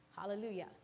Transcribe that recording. Hallelujah